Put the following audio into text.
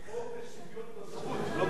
חוק לשוויון בזכויות, לא בנטל.